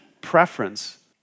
preference